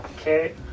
Okay